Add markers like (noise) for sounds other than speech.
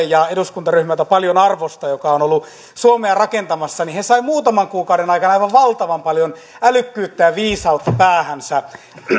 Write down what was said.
(unintelligible) ja eduskuntaryhmässä jota paljon arvostan joka on ollut suomea rakentamassa he saivat muutaman kuukauden aikana aivan valtavan paljon älykkyyttä ja viisautta päähänsä